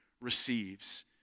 receives